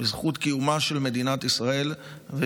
בזכות קיומה של מדינת ישראל.